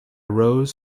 rows